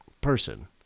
person